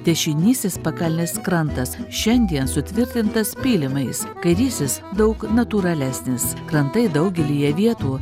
dešinysis pakalnis krantas šiandien sutvirtintas pylimais kairysis daug natūralesnis krantai daugelyje vietų